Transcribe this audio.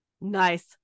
Nice